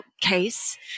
case